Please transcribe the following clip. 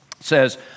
says